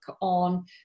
on